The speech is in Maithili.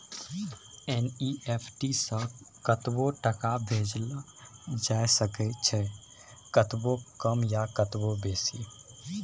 एन.ई.एफ.टी सँ कतबो टका भेजल जाए सकैए कतबो कम या कतबो बेसी